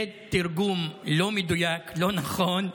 זה תרגום לא מדויק, לא נכון.